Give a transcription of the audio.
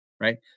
Right